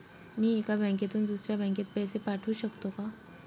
मी एका बँकेतून दुसऱ्या बँकेत पैसे पाठवू शकतो का?